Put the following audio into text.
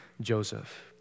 Joseph